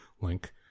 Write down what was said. link